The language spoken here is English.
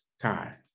time